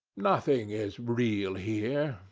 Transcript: nothing is real here.